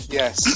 yes